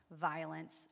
violence